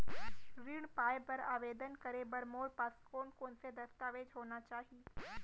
ऋण पाय बर आवेदन करे बर मोर पास कोन कोन से दस्तावेज होना चाही?